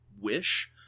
wish